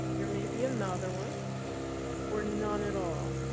there may be another one or none at all.